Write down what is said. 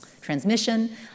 transmission